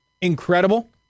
incredible